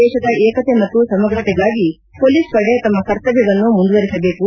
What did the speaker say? ದೇಶದ ಏಕತೆ ಮತ್ತು ಸಮಗ್ರತೆಗಾಗಿ ಪೊಲೀಸ್ ಪಡೆ ತಮ್ನ ಕರ್ತವ್ನವನ್ನು ಮುಂದುವರೆಸಬೇಕು